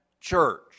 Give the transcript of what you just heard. church